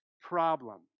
problem